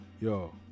Yo